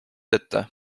ette